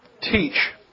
teach